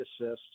assists